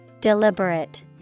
Deliberate